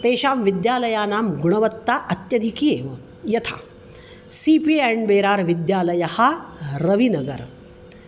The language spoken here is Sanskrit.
तेषां विद्यालयानां गुणवत्ता अत्यधिकी एव यथा सि पी एण्ड् बेरार् विद्यालयः रविनगरं